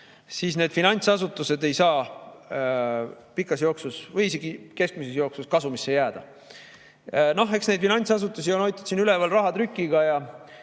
siis need finantsasutused ei saa pikas jooksus või isegi keskmises jooksus kasumisse jääda. Eks neid finantsasutusi on hoitud siin üleval rahatrükiga ja